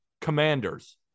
commanders